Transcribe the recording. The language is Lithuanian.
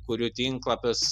kuriu tinklapius